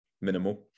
minimal